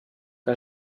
que